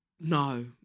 no